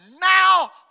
now